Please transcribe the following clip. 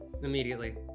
Immediately